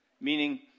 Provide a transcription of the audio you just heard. Meaning